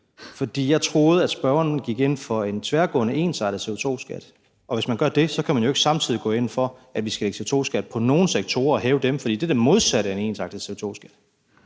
For jeg troede, at spørgeren gik ind for en tværgående ensartet CO2-skat, og hvis man gør det, kan man jo ikke samtidig gå ind for, at vi skal lægge CO2-skat på nogle sektorer og hæve den dér, for det er det modsatte af en ensartet CO2-skat.